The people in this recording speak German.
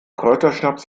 kräuterschnaps